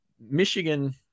Michigan